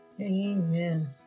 Amen